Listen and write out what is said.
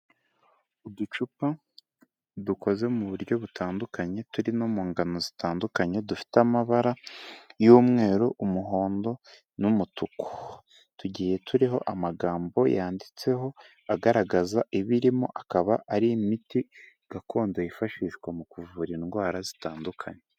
Uducupa dukoze mu buryo butandukanye turi no mu ngano zitandukanye, dufite amabara y'umweru, umuhondo n'umutuku. Tugiye turiho amagambo yanditseho agaragaza ibirimo, akaba ari imiti gakondo yifashishwa mu kuvura indwara zitandukanye.